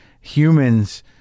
humans